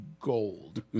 gold